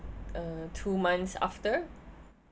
uh two months after